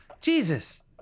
Jesus